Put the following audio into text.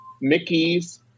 Mickey's